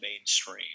mainstream